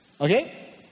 Okay